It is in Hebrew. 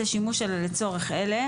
שימוש אלא לצורך אלה,